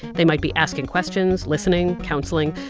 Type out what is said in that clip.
they might be asking questions, listening, counselling,